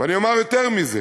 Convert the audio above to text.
ואני אומר יותר מזה: